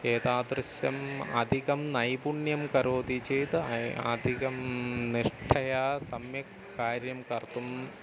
एतादृशम् अधिकं नैपुण्यं करोति चेत् अयुः अधिकं निष्ठया सम्यक् कार्यं कर्तुम्